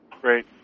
Great